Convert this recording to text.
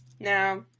Now